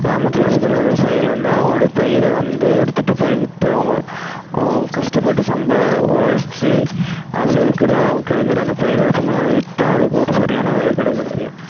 கிராமத்தில் இருக்கிற விவசாயிகள் வந்து அவங்களுடைய பயிரை வந்து எடுத்துட்டுப்போய் விற்றா அவங்க அவங்க கஷ்டப்பட்டு சம்பா உழச்சி அதில் இருக்கிற அவுங் கிடைக்கிற அந்த பயிரை எடுத்துனு போய் அதை விற்றா அதுக்கு ஒரு சரியான விலை கிடைக்கிறதில்ல